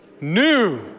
new